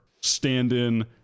Stand-In